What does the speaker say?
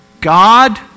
God